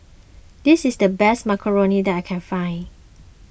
this is the best Macarons that I can find